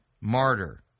martyr